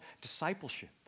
discipleship